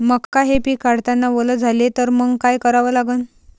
मका हे पिक काढतांना वल झाले तर मंग काय करावं लागन?